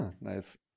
Nice